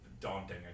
daunting